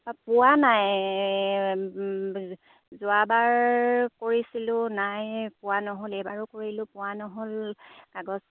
পোৱা নাই যোৱাবাৰ কৰিছিলোঁ নাই পোৱা নহ'ল এইবাৰো কৰিলোঁ পোৱা নহ'ল কাগজ